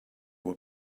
were